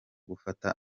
gufata